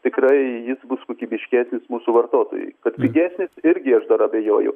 tikrai jis bus kokybiškesnis mūsų vartotojui kad pigesnis irgi aš dar abejoju